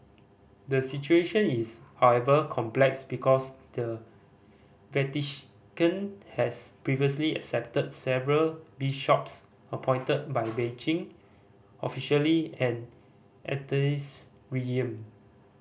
the situation is however complex because the Vatican has previously accepted several bishops appointed by Beijing officially an atheist regime